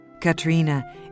Katrina